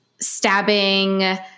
stabbing